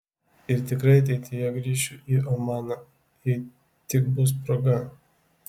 ir tikrai ateityje grįšiu į omaną jei tik bus proga